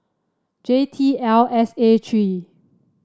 J T L S A three